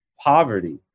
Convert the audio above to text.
poverty